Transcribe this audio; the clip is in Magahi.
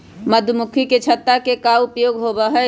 मधुमक्खी के छत्ता के का उपयोग होबा हई?